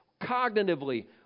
cognitively